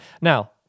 Now